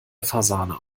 fasane